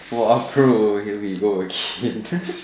!wah! bro here we go again